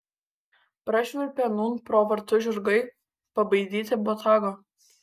prašvilpė nūn pro vartus žirgai pabaidyti botago